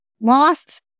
lost